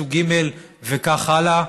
סוג ג' וכך הלאה.